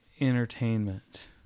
entertainment